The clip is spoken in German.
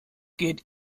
geht